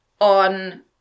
on